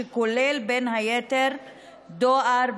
שכולל בין היתר דואר,